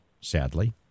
sadly